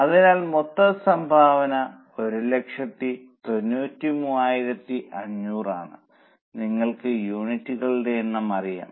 അതിനാൽ മൊത്തം സംഭാവന 193500 ആണ് നിങ്ങൾക്ക് യൂണിറ്റുകളുടെ എണ്ണം അറിയാം